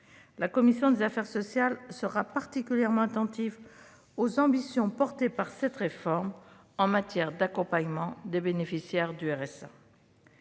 La commission des affaires sociales sera particulièrement attentive aux ambitions exprimées dans cette réforme en matière d'accompagnement des bénéficiaires du RSA.